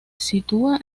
sitúa